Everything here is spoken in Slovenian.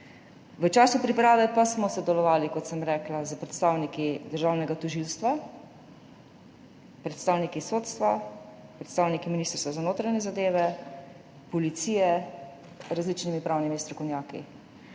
V času priprave pa smo sodelovali, kot sem rekla, s predstavniki Državnega tožilstva, predstavniki sodstva, predstavniki Ministrstva za notranje zadeve, policije, različnimi pravnimi strokovnjaki.